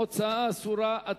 הוצאה אסורה),